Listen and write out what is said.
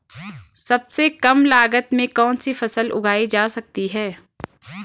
सबसे कम लागत में कौन सी फसल उगाई जा सकती है